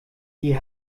die